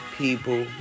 people